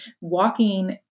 walking